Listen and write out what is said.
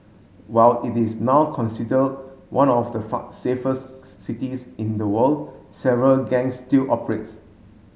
while it is now consider one of the safest cities in the world several gangs still operates